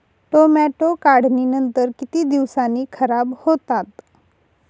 Tomato काढणीनंतर किती दिवसांनी खराब होतात?